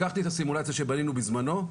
לקחתי את הסימולציה שבנינו בזמנו.